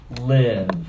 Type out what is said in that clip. live